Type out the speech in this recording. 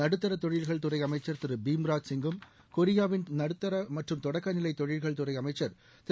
நடுத்தர தொழில்கள் துறை அமைச்சர் திரு பீம்ராஜ் சிங்கும் கொரியாவின் திரு நடுத்தர மற்றும் தொடக்க நிலை தொழில்கள் துறை அமைச்சர் திரு